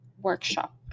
workshop